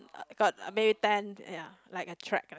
uh got maybe ten ya like a track